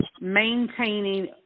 maintaining